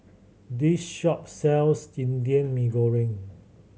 this shop sells Indian Mee Goreng